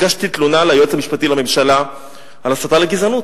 הגשתי תלונה ליועץ המשפטי לממשלה על הסתה לגזענות.